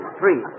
three